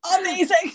amazing